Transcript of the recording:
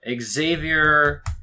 Xavier